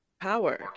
power